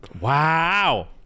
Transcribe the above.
Wow